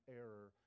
error